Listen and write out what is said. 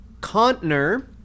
Contner